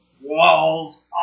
walls